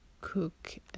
cook